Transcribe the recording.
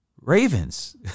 Ravens